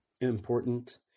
important